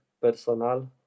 personal